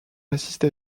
assiste